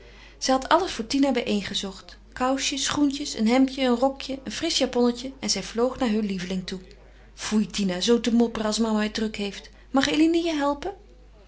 had alles voor tina bijeen gezocht kousjes schoentjes een hemdje een rokje een frisch japonnetje en zij vloog naar heur lieveling toe foei tina zoo te mopperen als mama het druk heeft mag eline je helpen